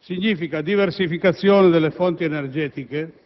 Significa diversificazione delle fonti energetiche.